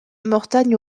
mortagne